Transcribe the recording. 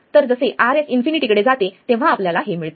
तर जसे Rs इन्फिनिटीकडे जाते तेव्हा आपल्याला हे मिळते